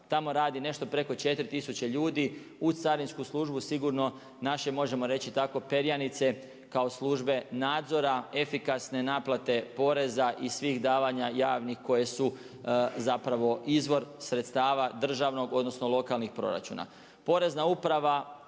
tamo radi nešto preko 4000 ljudi. U Carinsku službu sigurno naše možemo reći tako perjanice kao službe nadzora, efikasne naplate poreza i svih davanja javnih koje su zapravo izvor sredstava državnog, odnosno lokalnih proračuna.